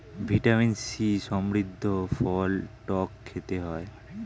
vitamin C সমৃদ্ধ ফল টক খেতে হয়